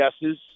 guesses